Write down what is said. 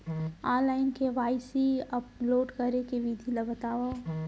Online KYC upload करे के विधि ला बतावव?